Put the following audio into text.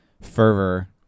fervor